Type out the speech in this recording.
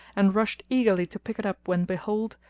and rushed eagerly to pick it up when behold,